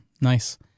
nice